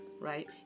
right